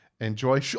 Enjoy